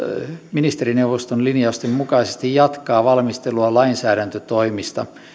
ministerineuvoston linjausten mukaisesti jatkaa valmistelua lainsäädäntötoimista